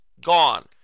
gone